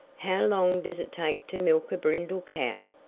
how long does it take to milk a brindle cow?